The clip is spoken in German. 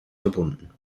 verbunden